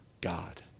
God